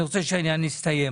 אני רוצה שהעניין יסתיים.